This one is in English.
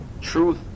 truth